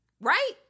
Right